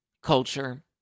Culture